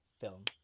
film